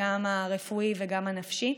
גם הרפואי וגם הנפשי.